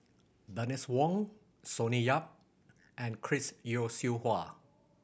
Bernice Wong Sonny Yap and Chris Yeo Siew Hua